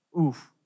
Oof